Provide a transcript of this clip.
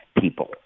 people